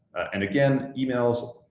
and again, emails,